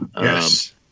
Yes